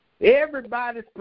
everybody's